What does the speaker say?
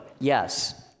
Yes